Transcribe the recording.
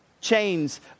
chains